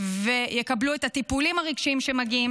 יקבלו את הטיפולים הרגשיים שמגיעים